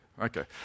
Okay